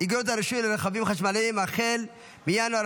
אגרות הרישוי לרכבים חשמליים החל מינואר